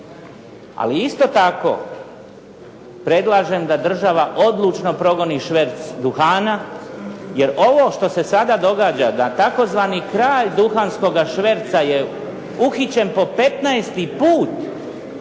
Ali isto tako predlažem da država odlučno progoni šverc duhana jer ovo što se sada događa, da tzv. Kralj duhanskoga šverca je uhićen po 15. put,